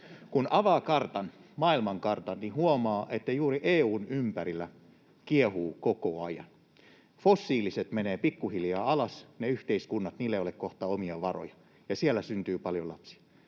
Kun avaa kartan, maailmankartan, niin huomaa, että juuri EU:n ympärillä kiehuu koko ajan. Fossiiliset menevät pikkuhiljaa alas, niillä yhteiskunnilla ei ole kohta omia varoja, ja siellä syntyy paljon lapsia.